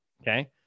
Okay